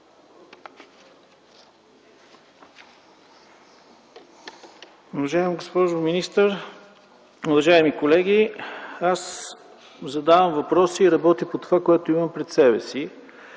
Уважаема госпожо министър, уважаеми колеги! Аз задавам въпрос и работя по това, което имам пред себе си.